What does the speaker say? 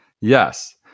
Yes